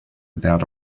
without